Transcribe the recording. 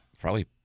probably-